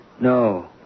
No